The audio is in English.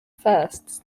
firsts